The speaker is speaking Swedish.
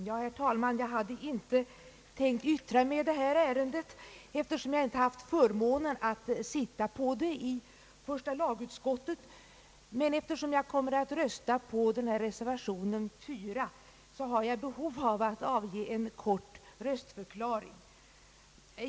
Herr talman! Jag hade inte tänkt yttra mig i detta ärende, eftersom jag inte haft förmånen att sitta på ärendet i första lagutskottet, men eftersom jag kommer att rösta för reservation 4 har jag behov att avge en kort röstförklaring.